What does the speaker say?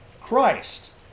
Christ